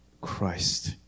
Christ